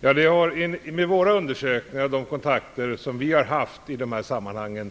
Fru talman! I våra undersökningar och de kontakter som vi haft i dessa sammanhang